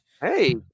Hey